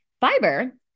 Fiber